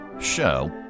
show